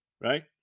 right